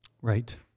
Right